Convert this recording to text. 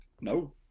No